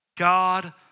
God